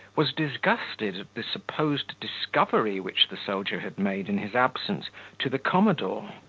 was disgusted at the supposed discovery which the soldier had made in his absence to the commodore.